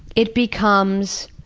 it becomes,